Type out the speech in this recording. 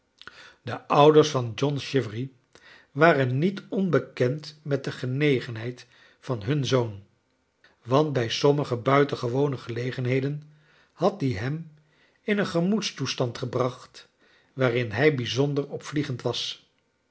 de ouders van john chivery waren niet onbekend met de genegenheid van him zoon want bij sommige buitengewone gelegenheclen had die hern in een genioed sloes tand gebracht waarin hij bijzonder opvliegend was